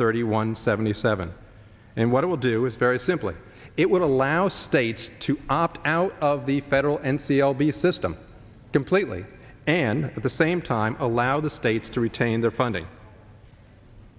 thirty one seventy seven and what it will do is very simply it would allow states to opt out of the federal n c l b system completely and at the same time allow the states to retain their funding